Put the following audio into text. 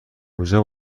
کجا